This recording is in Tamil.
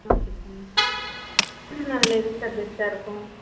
ஓகே சார் ம் அதில் எது சார் பெஸ்ட்டாக இருக்கும்